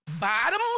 bottom